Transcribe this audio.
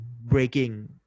breaking